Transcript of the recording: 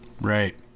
Right